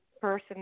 person